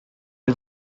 are